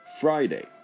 Friday